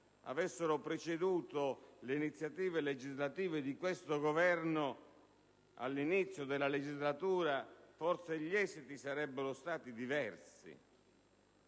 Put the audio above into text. avessero preceduto le iniziative legislative di questo Governo all'inizio della legislatura, gli esiti sarebbero stati diversi,